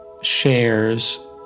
shares